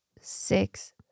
six